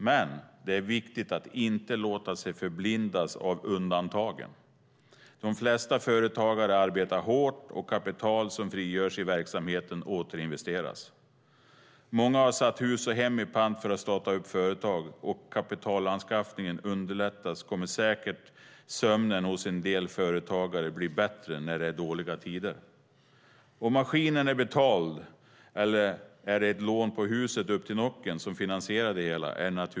Men det är viktigt att inte låta sig förblindas av undantagen. De flesta företagare arbetar hårt, och kapital som frigörs i verksamheten återinvesteras. Många har satt hus och hem i pant för att starta företag. Kan kapitalanskaffningen underlättas kommer säkert sömnen hos en del företagare att bli bättre när det är dåliga tider. Det är naturligtvis en avgörande skillnad om maskinen är betald eller om det är ett lån på huset upp till nocken som finansierar det hela.